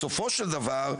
בסופו של דבר,